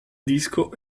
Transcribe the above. disco